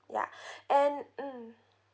ya and mm